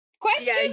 Question